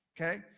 Okay